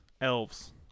elves